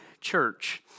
church